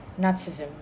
Nazism